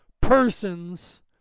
persons